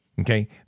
Okay